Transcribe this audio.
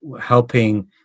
helping